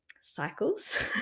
cycles